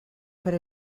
per